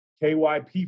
KYP